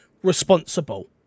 Responsible